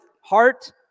heart